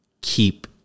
keep